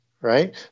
right